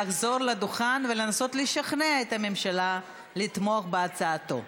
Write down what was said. לחזור לדוכן ולנסות לשכנע את הממשלה לתמוך בהצעתו.